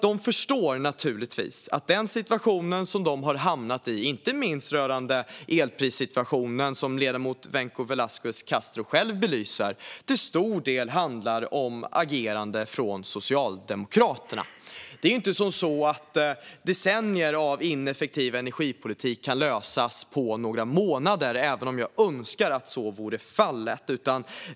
De förstår naturligtvis att den situation de har hamnat i, inte minst elprissituationen som ledamoten Vencu Velasquez Castro själv belyser, till stor del handlar om agerande från Socialdemokraterna. Det är inte så att problemen efter decennier av ineffektiv energipolitik kan lösas på några månader, även om jag önskar att så vore fallet.